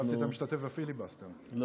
חשבתי שאתה משתתף בפיליבסטר.